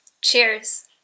Cheers